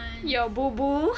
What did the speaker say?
your boo boo